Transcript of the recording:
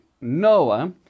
Noah